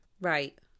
Right